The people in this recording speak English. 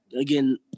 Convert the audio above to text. again